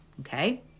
Okay